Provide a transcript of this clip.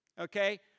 okay